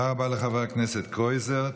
תודה רבה לחבר הכנסת קרויזר.